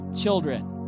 children